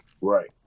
right